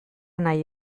nahi